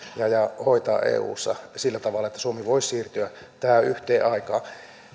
ja ja hoitaa eussa sillä tavalla että suomi voisi siirtyä yhteen aikaan